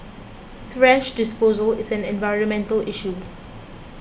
thrash disposal is an environmental issue